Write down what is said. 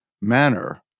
manner